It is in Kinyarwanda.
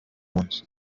munsi